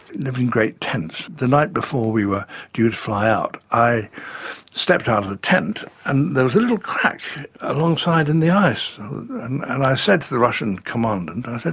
live in great tents the night before we were due to fly out i stepped out of the tent and there was a little crack alongside in the ice and i said to the russian commander, and